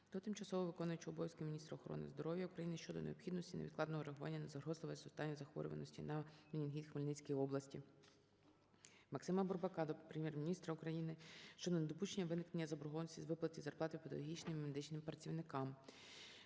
до тимчасово виконуючої обов'язки Міністра охорони здоров'я України щодо необхідності невідкладного реагування на загрозливе зростання захворюваності на менінгіт у Хмельницькій області. МаксимаБурбака до Прем'єр-міністра України щодо недопущення виникнення заборгованості з виплати зарплати педагогічним та медичним працівникам.